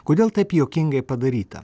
kodėl taip juokingai padaryta